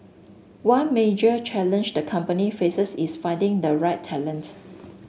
one major challenge the company faces is finding the right talent